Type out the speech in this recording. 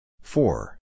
Four